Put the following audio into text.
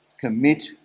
commit